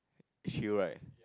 chill right